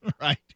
right